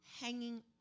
hanging